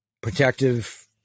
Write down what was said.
Protective